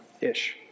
Ish